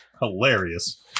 hilarious